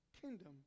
kingdom